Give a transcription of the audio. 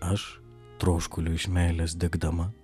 aš troškulio iš meilės degdama